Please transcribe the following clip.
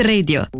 Radio